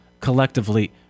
collectively